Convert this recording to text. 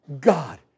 God